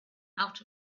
out